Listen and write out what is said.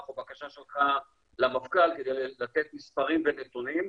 או בקשה שלך למפכ"ל כדי לתת מספרים ונתונים,